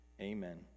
Amen